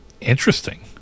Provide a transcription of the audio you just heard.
Interesting